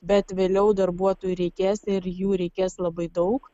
bet vėliau darbuotojų reikės ir jų reikės labai daug